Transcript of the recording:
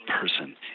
person